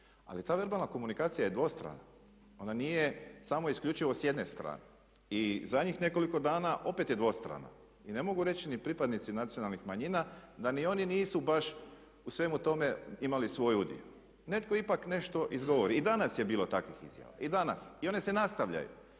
Ali ta verbalna komunikacija je dvostrana. Ona nije samo isključivo s jedne strane. I zadnjih nekoliko dana opet je dvostrana i ne mogu reći ni pripadnici nacionalnih manjina da ni oni nisu baš u svemu tome imali svoj udio. Netko ipak nešto izgovori. I danas je bilo takvih izjava i danas i one se nastavljaju,